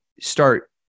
start